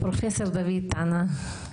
פרופ' דוד טנה.